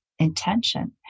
intention